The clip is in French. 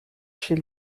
chez